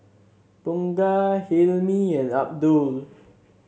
Bunga Hilmi and Abdul